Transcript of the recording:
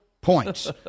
points